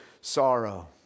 sorrow